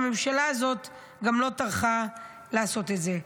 הממשלה הזאת גם לא טרחה לעשות את זה.